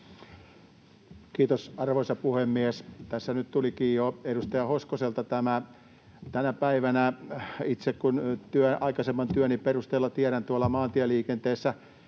Kiitos, arvoisa puhemies! Tässä nyt tulikin tämä jo edustaja Hoskoselta. Itse tiedän aikaisemman työni perusteella tuolta maantieliikenteestä,